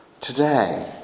today